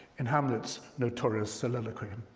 in hamlet's notorious soliloquy, and